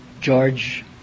George